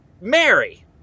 Mary